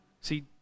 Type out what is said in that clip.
See